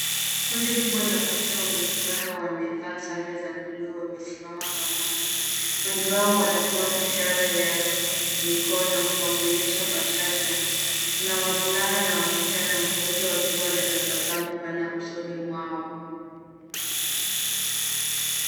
Kundi kubwa la watoto wenye furaha wamevaa sare za bluu wamesimama pamoja. Wengi wao wanatoa ishara ya mikono wakionyesha bashasha. Kuna wasichana na wavulana wote wakiwa na tabasamu pana usoni mwao.